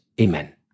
Amen